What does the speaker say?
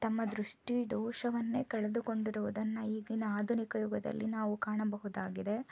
ತಮ್ಮ ದೃಷ್ಟಿ ದೋಷವನ್ನೇ ಕಳೆದುಕೊಂಡಿರುವುದನ್ನು ಈಗಿನ ಆಧುನಿಕ ಯುಗದಲ್ಲಿ ನಾವು ಕಾಣಬಹುದಾಗಿದೆ